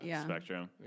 spectrum